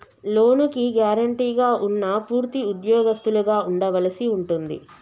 లోనుకి గ్యారెంటీగా ఉన్నా పూర్తి ఉద్యోగస్తులుగా ఉండవలసి ఉంటుంది